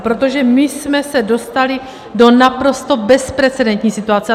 Protože my jsme se dostali do naprosto bezprecedentní situace.